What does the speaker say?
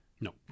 No